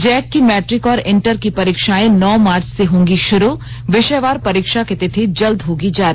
Jack की matric और inter की परीक्षाएं नौ मार्च से होंगी शुरू विषयवार परीक्षा की तिथि जल्द होगी जारी